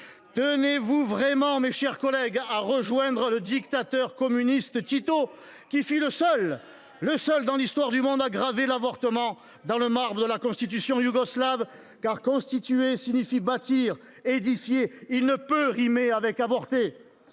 Tenez vous vraiment, mes chers collègues, à rejoindre le dictateur communiste Tito, qui fut le seul dans l’histoire du monde à graver l’avortement dans le marbre d’une constitution, la constitution yougoslave ?« Constituer » signifie « bâtir »,« édifier », et ne peut rimer avec « avorter »